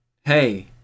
Hey